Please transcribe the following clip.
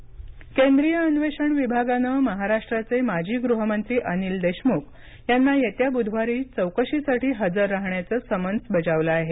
अनिल देशमुख केंद्रिय अन्वेषण विभागानं महाराष्ट्राचे माजी गृहमंत्री अनिल देशमुख यांना येत्या बुधवारी चौकशीसाठी हजर राहण्याचं समन्स बजावलं आहे